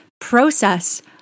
process